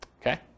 Okay